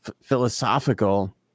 philosophical